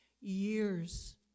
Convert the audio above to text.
years